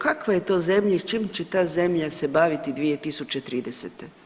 Kakva je to zemlja i čim će ta zemlja se baviti 2030.